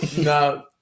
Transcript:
no